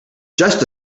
just